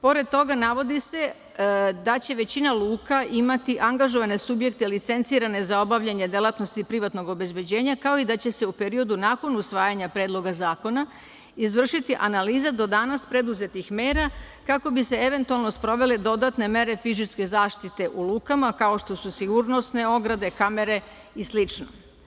Pored toga, navodi se da će većina luka imati angažovane subjekte licencirane za obavljanje delatnosti privatnog obezbeđenja, kao i da će se u periodu nakon usvajanja Predloga zakona izvršiti analiza do danas preduzetih mera, kako bi se eventualno sprovele dodatne mere fizičke zaštite u lukama, kao što su sigurnosne ograde, kamere i slično.